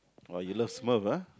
!wah! you love Smurf ah